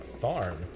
farm